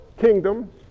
kingdom